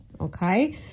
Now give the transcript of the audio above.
Okay